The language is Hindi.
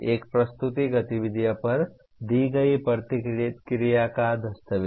एक प्रस्तुत गतिविधि पर दी गई प्रतिक्रिया का दस्तावेज